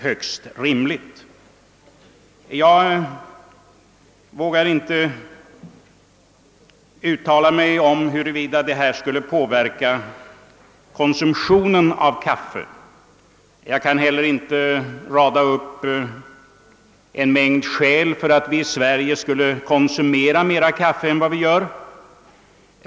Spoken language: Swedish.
Jag vågar inte uttala mig om huruvida detta skulle påverka konsumtionen av kaffe, och jag kan heller inte rada upp en mängd skäl för att vi i Sverige skall konsumera mera kaffe än vi gör.